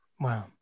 Wow